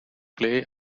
play